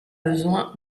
besoin